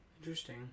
Interesting